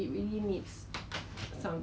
现在我看 right err